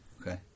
okay